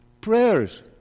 prayers